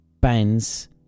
bands